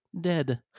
dead